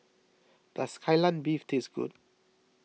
does Kai Lan Beef taste good